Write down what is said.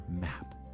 map